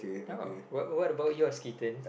ya what what about yours Keaton